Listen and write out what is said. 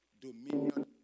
dominion